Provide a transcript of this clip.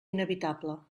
inevitable